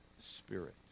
Spirit